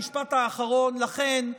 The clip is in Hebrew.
המשפט האחרון: לכן,